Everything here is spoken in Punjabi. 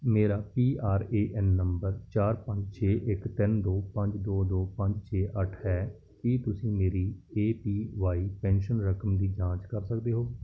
ਮੇਰਾ P R A N number ਚਾਰ ਪੰਜ ਛੇ ਇੱਕ ਤਿੰਨ ਦੋ ਪੰਜ ਦੋ ਦੋ ਪੰਜ ਛੇ ਅੱਠ ਹੈ ਕੀ ਤੁਸੀਂ ਮੇਰੀ ਏ ਪੀ ਵਾਈ ਪੈਨਸ਼ਨ ਰਕਮ ਦੀ ਜਾਂਚ ਕਰ ਸਕਦੇ ਹੋ